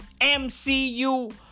MCU